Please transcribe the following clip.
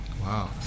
Wow